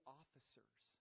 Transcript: officers